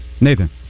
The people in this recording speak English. Nathan